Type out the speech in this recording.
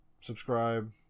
subscribe